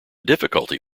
difficulty